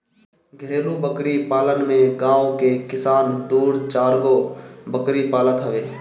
घरेलु बकरी पालन में गांव के किसान दू चारगो बकरी पालत हवे